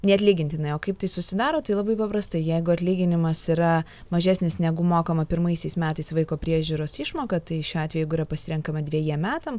neatlygintinai o kaip tai susidaro tai labai paprastai jeigu atlyginimas yra mažesnis negu mokama pirmaisiais metais vaiko priežiūros išmoka tai šiuo atveju yra pasirenkama dvejiems metams